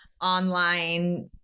online